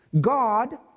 God